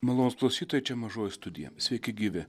malonūs klausytojai čia mažoji studija sveiki gyvi